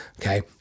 okay